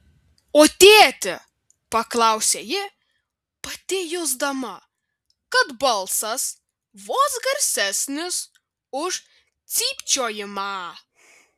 o tėtį paklausė ji pati jusdama kad balsas vos garsesnis už cypčiojimą